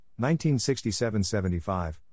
1967-75